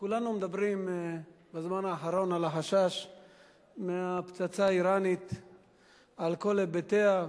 כולנו מדברים בזמן האחרון על החשש מהפצצה האירנית על כל היבטיה.